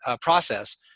process